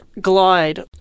glide